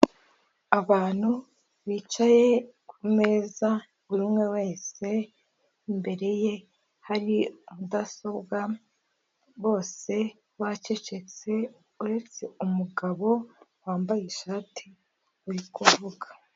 Abantu bicaye kumeza, buri umwe wese imbere ye hari mudasobwa, bose bacecetse uretse umugabo wambaye ishati uri kuvuga.